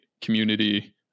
community